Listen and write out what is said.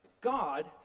God